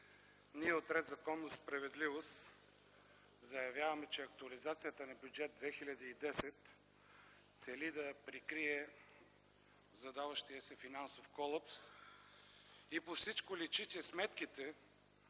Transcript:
Ние от „Ред, законност и справедливост” заявяваме, че актуализацията на Бюджет 2010 цели да прикрие задаващия се финансов колапс и по всичко личи, че сметките